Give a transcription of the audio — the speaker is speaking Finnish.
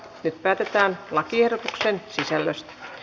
nyt päätetään lakiehdotusten sisällöstä